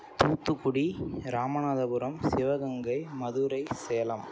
Thoothukudi Ramanathapuram Sivaganga Madurai Salem